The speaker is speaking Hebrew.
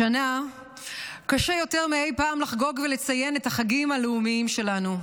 השנה קשה יותר מאי פעם לחגוג ולציין את החגים הלאומיים שלנו,